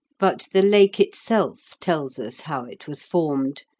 but the lake itself tells us how it was formed,